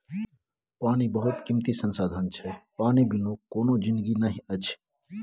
पानि बहुत कीमती संसाधन छै पानि बिनु कोनो जिनगी नहि अछि